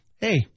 hey